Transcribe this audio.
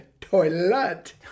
toilet